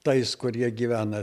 tais kurie gyvena